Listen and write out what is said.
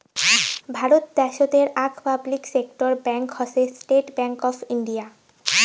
ভারত দ্যাশোতের আক public sector bank হসে স্টেট্ ব্যাঙ্ক অফ ইন্ডিয়া